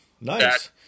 Nice